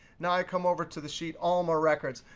now i come over to the sheet alma records.